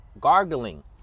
gargling